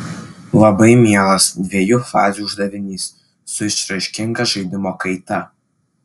labai mielas dviejų fazių uždavinys su išraiškinga žaidimo kaita